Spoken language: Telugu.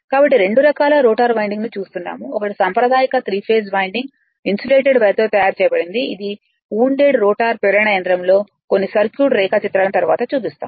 కాబట్టి 2 రకాల రోటర్ వైండింగ్ను చూస్తున్నాము ఒకటి సాంప్రదాయిక 3 ఫేస్ వైండింగ్ ఇన్సులేటెడ్ వైర్తో తయారు చేయబడింది ఇది ఉన్దేడ్ రోటర్ ప్రేరణయంత్రంలో కొన్ని సర్క్యూట్ రేఖాచిత్రాలను తరువాత చూపిస్తాము